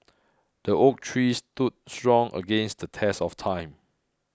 the oak tree stood strong against the test of time